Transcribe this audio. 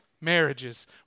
marriages